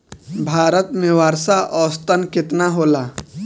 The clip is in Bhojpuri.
भारत में वर्षा औसतन केतना होला?